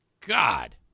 God